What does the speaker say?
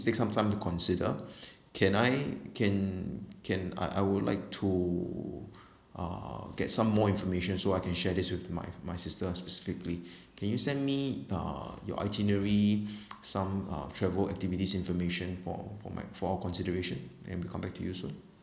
take some time to consider can I can can I I would like to uh get some more information so I can share this with my my sister specifically can you send me uh your itinerary some uh travel activities information for for my for all consideration and we come back to you soon